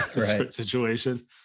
situation